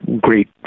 great